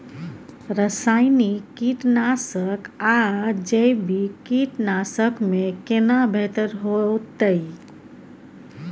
रसायनिक कीटनासक आ जैविक कीटनासक में केना बेहतर होतै?